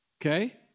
Okay